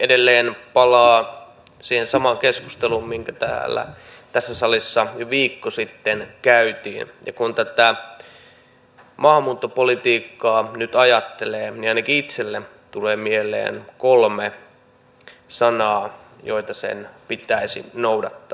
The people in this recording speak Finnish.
edelleen palaan siihen samaan keskusteluun mikä tässä salissa viikko sitten käytiin ja kun tätä maahanmuuttopolitiikkaa nyt ajattelee niin ainakin itselleni tulee mieleen kolme sanaa joita sen pitäisi noudattaa